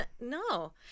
No